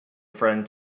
friend